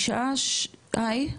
היי,